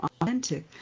authentic